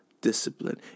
discipline